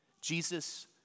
Jesus